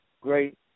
great